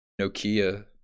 Nokia